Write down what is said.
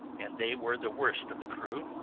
and they were the worst of the crew,